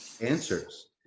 answers